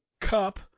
cup